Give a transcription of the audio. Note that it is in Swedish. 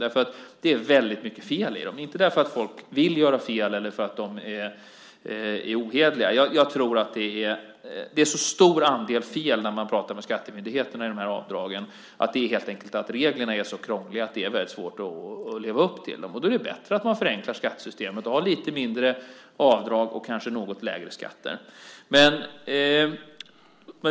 Det finns nämligen många fel i dem, inte för att folk vill göra fel eller för att de är ohederliga utan helt enkelt för att reglerna är så krångliga att det är svårt att leva upp till dem. Det framkommer när man talar med skattemyndigheterna. Då är det bättre att förenkla skattesystemet, att ha lite mindre avdrag och kanske något lägre skatter.